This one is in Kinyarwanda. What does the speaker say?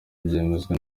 byemezwa